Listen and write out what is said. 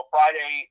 Friday